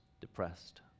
depressed